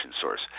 source